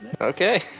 Okay